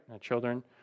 Children